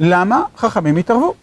למה חכמים התערבו?